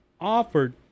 offered